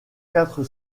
quatre